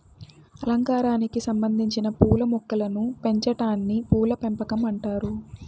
అలంకారానికి సంబందించిన పూల మొక్కలను పెంచాటాన్ని పూల పెంపకం అంటారు